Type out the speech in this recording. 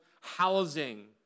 housing